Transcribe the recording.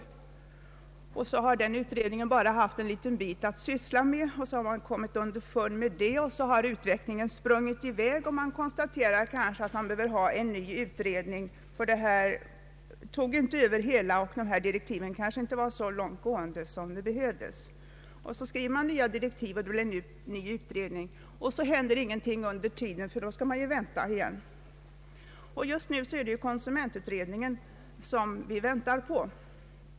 Så har man kommit underfund med att utredningen bara haft ett litet avsnitt att syssla med, att utvecklingen har sprungit i väg och att det därför behövs en ny utredning, ty direktiven för den gamla var inte så långtgående som de borde vara, Så skrivs det nya direktiv och tillsätts en ny utredning, och så händer ingenting, ty när utredningen arbetar skall man ju vänta igen. Just nu är det konsumentutredningen vi väntar på.